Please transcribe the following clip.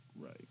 Right